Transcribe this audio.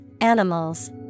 animals